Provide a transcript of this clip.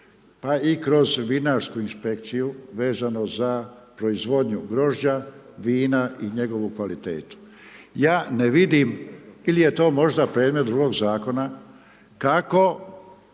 pa i kroz vinarsku inspekciju vezano za proizvodnju grožđa, vina i njegovu kvalitetu. Ja ne vidim ili je to možda predmet drugog zakona, kako